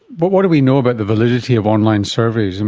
but what do we know about the validity of online surveys? and